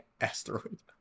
Asteroid